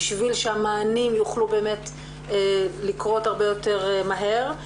בשביל שהמענים יוכלו לקרות הרבה יותר מהר,